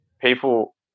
people